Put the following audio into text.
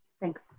Thanks